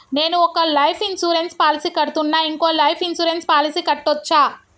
నేను ఒక life insurance policy కడ్తున్నా, ఇంకో లైఫ్ ఇన్సూరెన్స్ పాలసీ కట్టొచ్చా?